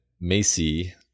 macy